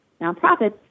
nonprofits